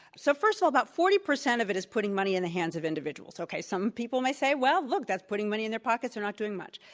so first of all, about forty percent of it is putting money in the hands of individuals. okay. some people may say, well, look, that's putting money in their pockets. they're not doing much.